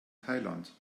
thailand